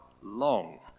long